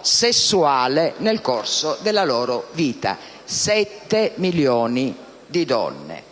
sessuale nel corso della loro vita: 7 milioni di donne!